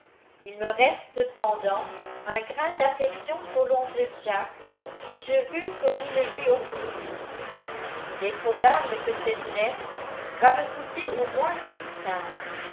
il me reste cependant un grain d'affection pour l'oncle jack et je veux que vous le lui offriez il est probable que cette lettre va me coûter au moins six